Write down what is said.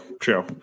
True